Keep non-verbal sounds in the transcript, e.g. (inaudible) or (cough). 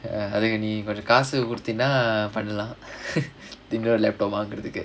அதை நீ காசும் குடுத்தீனா பண்லா:athai nee kaasum kuduththeenaa panla (laughs) இன்னொரு:innoru laptop வாங்கறதுக்கு:vaangarathukku